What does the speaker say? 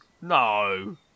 No